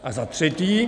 A za třetí.